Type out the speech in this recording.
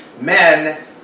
men